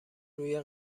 روی